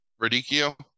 radicchio